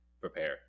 Prepare